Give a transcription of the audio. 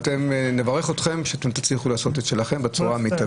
ונברך אתכם שתצליחו לעשות את שלכם בצורה המיטבית.